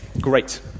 Great